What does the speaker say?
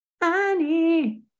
Annie